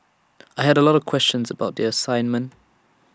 I had A lot of questions about the assignment